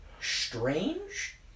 Strange